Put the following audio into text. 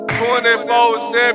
24-7